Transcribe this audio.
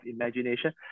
imagination